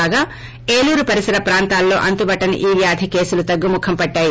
కాగా ఏలూరు పరిసర ప్రాంతాల్లో అంతుబట్లని ఈ వ్యాధి కేసులు తగ్గుముఖం పట్లాయి